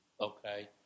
okay